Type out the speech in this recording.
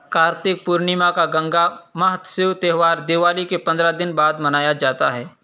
کارتک پورنیما کا گنگا مہتسو تہوار دیوالی کے پندرہ دن بعد منایا جاتا ہے